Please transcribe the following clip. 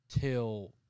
till